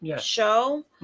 show